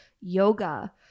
yoga